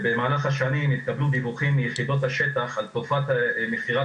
במהלך השנים התקבלו דיווחים מיחידות השטח על תופעת מכירת